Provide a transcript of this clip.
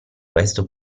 questo